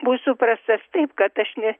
bus suprastas taip kad aš ne